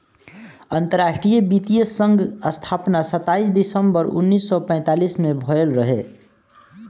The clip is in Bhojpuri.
अंतरराष्ट्रीय वित्तीय संघ स्थापना सताईस दिसंबर उन्नीस सौ पैतालीस में भयल रहे